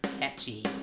catchy